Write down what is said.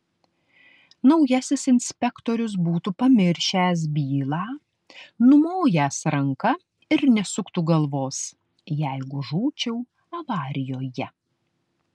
naujasis inspektorius būtų pamiršęs bylą numojęs ranka ir nesuktų galvos jeigu žūčiau avarijoje